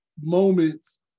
moments